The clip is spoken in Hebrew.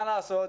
מה לעשות,